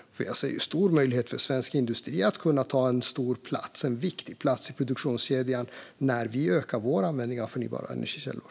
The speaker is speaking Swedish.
Jag ser nämligen en stor möjlighet för svensk industri att ta en stor och viktig plats i produktionskedjan när vi ökar vår användning av förnybara energikällor.